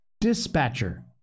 dispatcher